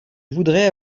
voudrais